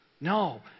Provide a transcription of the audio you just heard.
No